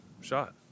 shot